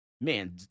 Man